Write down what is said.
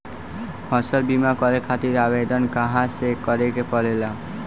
फसल बीमा करे खातिर आवेदन कहाँसे करे के पड़ेला?